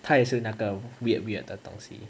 他也是那个 weird weird 的东西